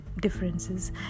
differences